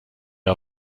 wir